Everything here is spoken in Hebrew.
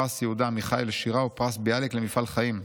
פרס יהודה עמיחי לשירה ופרס ביאליק למפעל חיים,